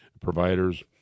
providers